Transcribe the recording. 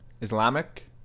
Islamic